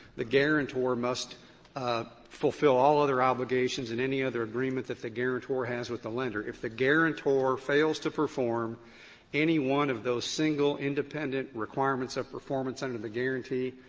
the guarantor must fulfill all other obligations and any other agreement that the guarantor has with the lender. if the guarantor fails to perform any one of those single, independent requirements of performance under the guaranty,